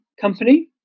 company